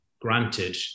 granted